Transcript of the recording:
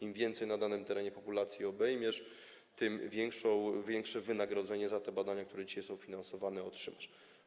Im więcej na danym terenie populacji obejmiesz, tym większe wynagrodzenie za te badania, które dzisiaj są finansowane, otrzymasz.